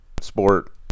sport